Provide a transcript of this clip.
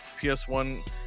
PS1